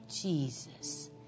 Jesus